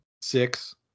six